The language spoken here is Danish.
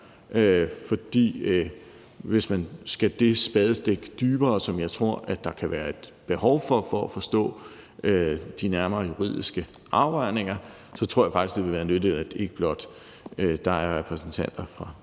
for hvis man skal det spadestik dybere, som jeg tror der kan være et behov for for at forstå de nærmere juridiske afvejninger, så tror jeg faktisk, det ville være nyttigt, at der ikke blot er repræsentanter for